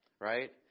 right